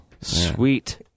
Sweet